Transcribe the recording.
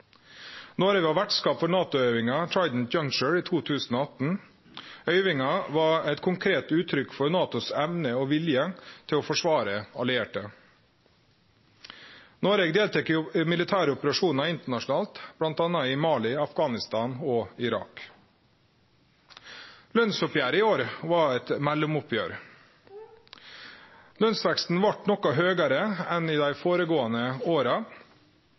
var vertskap for NATO-øvinga Trident Juncture 2018. Øvinga var eit konkret uttrykk for NATOs vilje og evne til å forsvare allierte. Noreg deltek i militære operasjonar internasjonalt bl.a. i Mali, Afghanistan og Irak. Lønnsoppgjeret i år var eit mellomoppgjer. Lønnsveksten vart noko høgare enn i dei føregåande åra.